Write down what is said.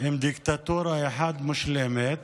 הם דיקטטורה אחת מושלמת,